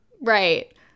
Right